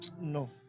no